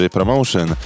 Promotion